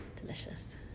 Delicious